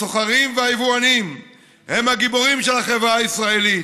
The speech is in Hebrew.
הסוחרים והיבואנים הם הגיבורים של החברה הישראלית,